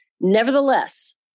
Nevertheless